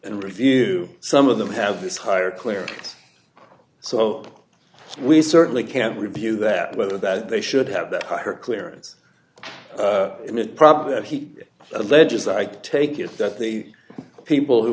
and review some of them have this higher clear so we certainly can review that whether that they should have that her clearance problem that he alleges i take it that the people who